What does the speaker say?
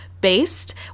based